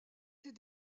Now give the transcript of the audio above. ses